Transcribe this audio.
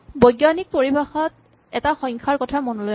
বৈজ্ঞানিক পৰিভাষাত এটা সংখ্যাৰ কথা মনলৈ আনা